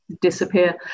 disappear